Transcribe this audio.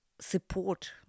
support